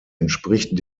entspricht